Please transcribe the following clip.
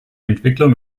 entwicklung